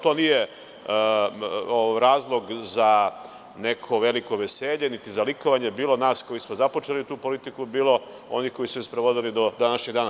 To nije razlog za neko veliko veselje niti za likovanje bilo nas koji smo započeli tu politiku, bilo onih koji su je sprovodili do današnjeg dana.